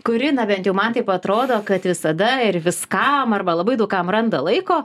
kuri na bent jau man taip atrodo kad visada ir viskam arba labai daug kam randa laiko